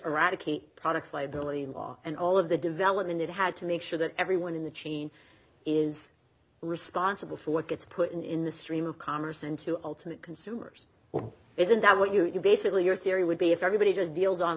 eradicate products liability and all of the development it had to make sure that everyone in the chain is responsible for what gets put in in the stream of commerce into ultimate consumers isn't that what you're basically your theory would be if everybody just deals on